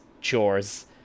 chores